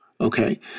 Okay